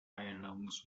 loans